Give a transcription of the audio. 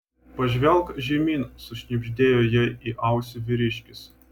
pažvelk žemyn sušnibždėjo jai į ausį vyriškis